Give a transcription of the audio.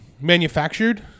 manufactured